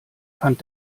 fand